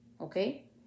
Okay